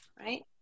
Right